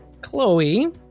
Chloe